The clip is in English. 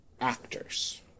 actors